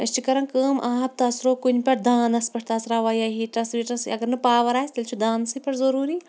أسۍ چھِ کَران کٲم آب تٔژروو کُنہِ پیٚٹھ دانَس پیٹھ تژراوان یا ہیٖٹرَس ویٖٹرَس پیٚٹھ اَگَر نہٕ پاوَر آسہِ تیٚلہِ چھُ دانسٕے پیٚٹھ ضروٗری